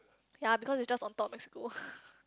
ya because it's just on top of my school